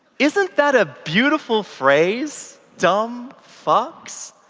isn't that a beautiful phrase? dumb fucks?